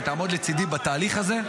תעמוד לצידי בתהליך הזה,